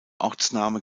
ortsname